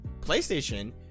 playstation